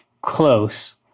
close